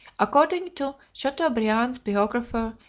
according to chateaubriand's biographer,